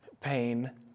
pain